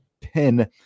Pin